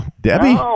Debbie